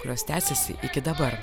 kurios tęsiasi iki dabar